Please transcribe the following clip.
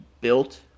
built